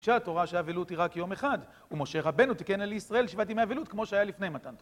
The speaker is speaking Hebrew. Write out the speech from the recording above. שהתורה שאבלות היא רק יום אחד, ומשה רבנו תיקן על ישראל שבעת ימי אבלות כמו שהיה לפני מתן תורה.